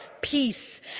peace